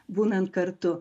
būnant kartu